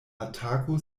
atako